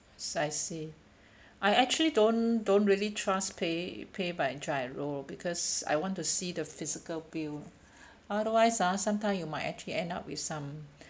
I see I actually don't don't really trust pay pay by GIRO because I want to see the physical bill otherwise ah sometime you might actually end up with some